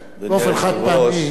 באופן חד-פעמי אני,